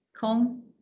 come